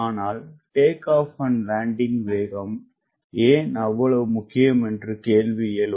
ஆனால் take off and landing வேகம் ஏன்அவ்வளவு முக்கியம் என்ற கேள்வி எழும்